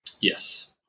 Yes